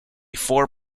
four